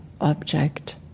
object